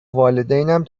والدینم